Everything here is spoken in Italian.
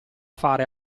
fare